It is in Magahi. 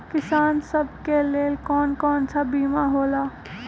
किसान सब के लेल कौन कौन सा बीमा होला?